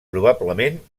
probablement